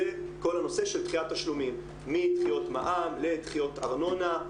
זה כל הנושא של דחיית תשלומים מדחיות מע"מ לדחיות ארנונה,